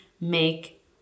make